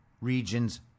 regions